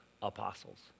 Apostles